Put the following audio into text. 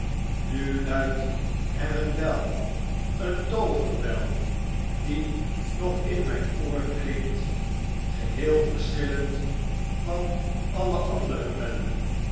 nu luidt er een bel een tooverbel die nog in rap oor klinkt geheel verschillend van alle andere bellen